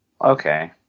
Okay